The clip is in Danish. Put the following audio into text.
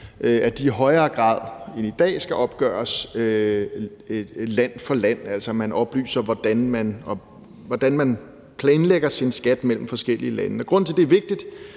at de i højere grad end i dag skal opgøres land for land, altså at man oplyser, hvordan man planlægger sin skat mellem forskellige lande. Og grunden til, at det er vigtigt,